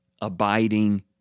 abiding